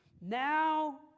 now